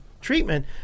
treatment